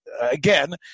Again